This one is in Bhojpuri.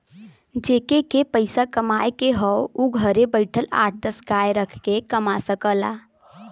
जेके के पइसा कमाए के हौ उ घरे बइठल आठ दस गाय रख के कमा सकला